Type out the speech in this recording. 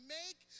make